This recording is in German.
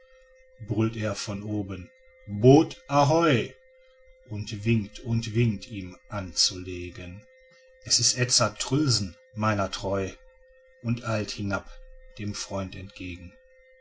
brüllt er von oben boot ahoi und winkt und winkt ihm anzulegen s ist edzard truelsen meiner treu und eilt hinab dem freund entgegen